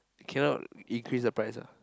cannot increase the price